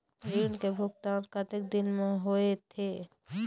ऋण के भुगतान कतक दिन म होथे?